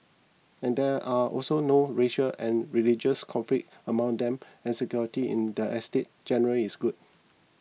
and there are also no racial and religious conflicts among them and security in the estates generally is good